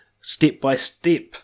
step-by-step